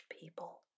people